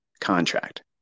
contract